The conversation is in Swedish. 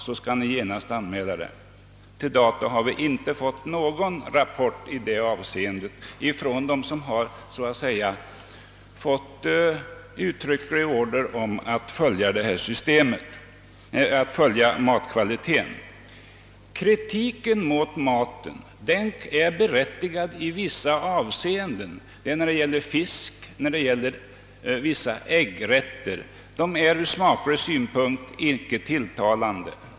Till dags dato har vi inte fått någon sådan rapport från dem som har erhållit uttrycklig order att följa matkvaliteten. Kritiken mot påsmaten är berättigad när det gäller fisk och vissa äggrätter; de är ur smaksynpunkt inte tilltalande.